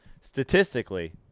statistically